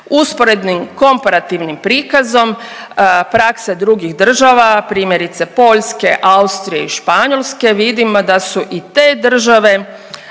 Usporednim i komparativnim prikazom praksa drugih država, primjerice Poljske, Austrije i Španjolske vidimo da su i te države